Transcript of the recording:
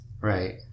Right